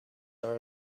are